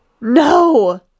No